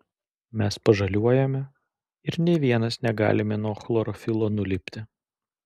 mes pažaliuojame ir nė vienas negalime nuo chlorofilo nulipti